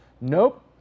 Nope